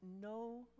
no